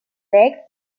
lake